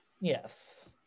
yes